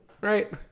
right